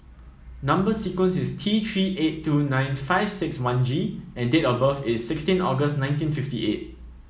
number sequence is T Three eight two nine five six one G and date of birth is sixteen August nineteen fifty eight